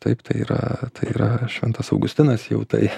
taip tai yra tai yra šventas augustinas jau tai